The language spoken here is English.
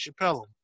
Chappelle